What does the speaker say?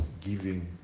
giving